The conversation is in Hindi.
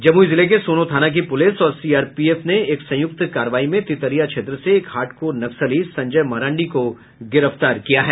जमुई जिले के सोनो थाना की पुलिस और सीआरपीएफ ने एक संयुक्त कार्रवाई में तितरिया क्षेत्र से एक हार्डकोर नक्सली संजय मरांडी को गिरफ्तार किया है